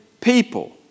people